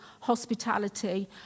hospitality